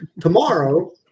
Tomorrow